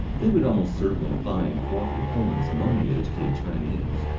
they would almost certainly find co-operative elements among the educated chinese.